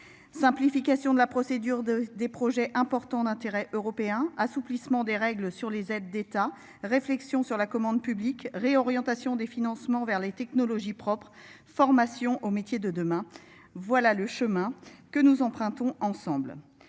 Simplification de la procédure de des projets importants d'intérêt européen, assouplissement des règles sur les aides d'État. Réflexion sur la commande publique réorientation des financements vers les technologies propres formations aux métiers de demain. Voilà le chemin que nous empruntons ensemble